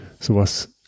sowas